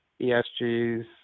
ESG's